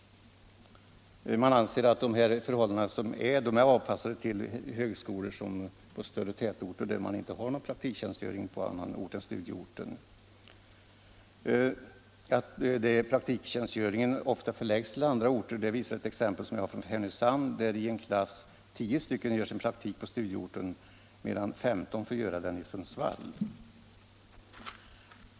Eleverna anser vidare att de bestämmelser som finns är avpassade efter förhållandena vid högskolorna i större tätorter, där det inte förekommer någon praktiktjänstgöring på annan ort än studieorten. Att praktiktjänstgöringen ofta förläggs till annan ort visar ett exempel från Härnösand, där i en klass 10 elever gör sin praktik på studieorten medan 15 får göra den i Sundsvall.